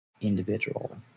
individual